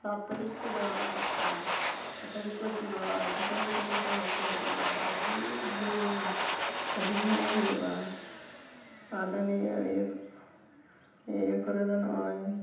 ᱥᱟᱛ ᱛᱟᱨᱤᱠ ᱠᱚ ᱡᱟᱣᱨᱟᱜᱼᱟ ᱯᱟᱛᱟ ᱱᱚᱛᱮ ᱨᱮᱠᱚ ᱟᱹᱰᱤ ᱥᱟᱺᱜᱤᱧ ᱥᱟᱺᱜᱤᱧ ᱠᱷᱚᱱ ᱦᱚᱲ ᱠᱚ ᱦᱤᱡᱩᱜᱼᱟ ᱟᱹᱰᱤ ᱫᱷᱩᱢ ᱟᱹᱰᱤ ᱫᱷᱩᱢ ᱦᱩᱭᱩᱜᱼᱟ ᱟᱞᱮ ᱱᱤᱭᱟ ᱤᱭᱟᱹ ᱱᱤᱭᱟᱹ ᱠᱚᱨᱮ ᱫᱚ ᱱᱚᱜᱼᱚᱭ